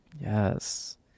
yes